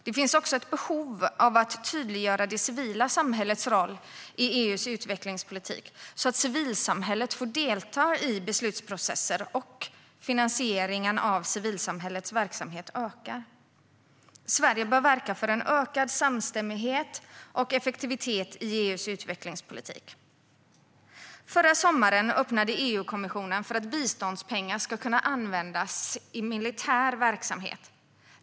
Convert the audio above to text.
Det finns också ett behov av att tydliggöra det civila samhällets roll i EU:s utvecklingspolitik, så att civilsamhället får delta i beslutsprocesser och finansieringen av civilsamhällets verksamhet ökar. Sverige bör verka för en ökad samstämmighet och effektivitet i EU:s utvecklingspolitik. Förra sommaren öppnade EU-kommissionen för att biståndspengar ska kunna användas till militär verksamhet.